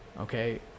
Okay